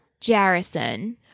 Jarrison